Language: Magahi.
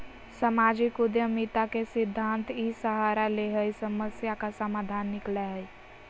सामाजिक उद्यमिता के सिद्धान्त इ सहारा ले हइ समस्या का समाधान निकलैय हइ